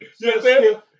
Yes